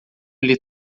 lhe